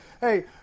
hey